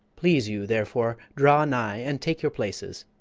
please you, therefore, draw nigh and take your places.